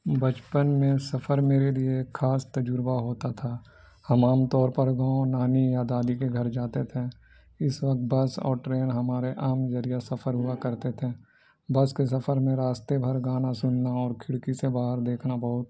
بچپن میں سفر میرے لیے خاص تجربہ ہوتا تھا ہم عام طور پر گاؤں نانی یا دادی کے گھر جاتے تھے اس وقت بس اور ٹرین ہمارے عام ذریعہ سفر ہوا کرتے تھے بس کے سفر میں راستے بھر گانا سننا اور کھڑکی سے باہر دیکھنا بہت